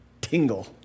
tingle